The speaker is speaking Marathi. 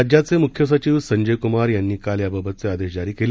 राज्याचे मुख्य सचिव संजय क्मार यांनी काल याबाबतचे आदेश जारी केले